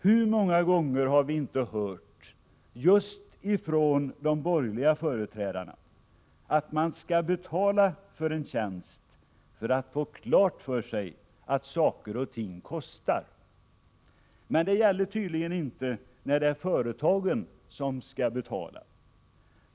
Hur många gånger har vi inte hört just från de borgerliga företrädarna, att man skall betala för en tjänst för att få klart för sig att saker och ting kostar? Det gäller tydligen inte när det är företagen som skall betala.